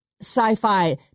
sci-fi